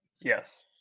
yes